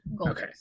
Okay